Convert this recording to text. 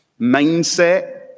Mindset